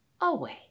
away